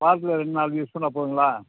வாரத்தில் ரெண்டு நாளைக்கு யூஸ் பண்ணால் போதுங்களா